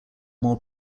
more